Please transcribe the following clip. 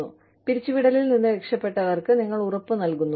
കൂടാതെ പിരിച്ചുവിടലിൽ നിന്ന് രക്ഷപ്പെട്ടവർക്ക് നിങ്ങൾ ഉറപ്പ് നൽകുന്നു